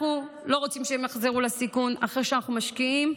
אנחנו לא רוצים שהן יחזרו לסיכון אחרי שאנחנו משקיעים,